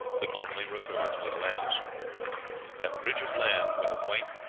could only refer to atlantis that bridge of land where the white,